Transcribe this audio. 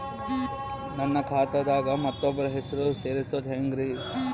ನನ್ನ ಖಾತಾ ದಾಗ ಮತ್ತೋಬ್ರ ಹೆಸರು ಸೆರಸದು ಹೆಂಗ್ರಿ?